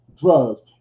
Drugs